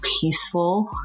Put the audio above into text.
peaceful